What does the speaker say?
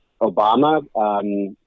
Obama –